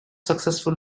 successful